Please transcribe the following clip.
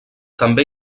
també